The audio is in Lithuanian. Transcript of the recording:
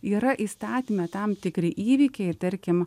yra įstatyme tam tikri įvykiai ir tarkim